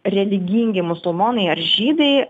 religingi musulmonai ar žydai